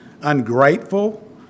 ungrateful